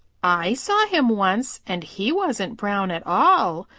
i saw him once, and he wasn't brown at all.